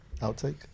Outtake